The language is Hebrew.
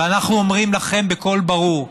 ואנחנו אומרים לכם בקול ברור: